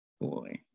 Boy